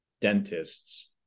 dentists